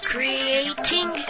Creating